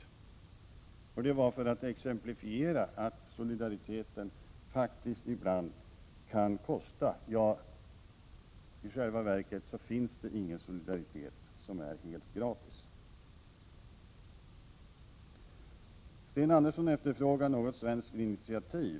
Jag gjorde detta för att exemplifiera att solidariteten faktiskt ibland kan kosta. Ja, i själva verket finns det ingen solidaritet som är helt gratis. Sten Andersson efterfrågade svenska initiativ.